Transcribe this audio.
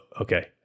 okay